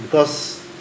because